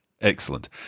Excellent